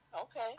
Okay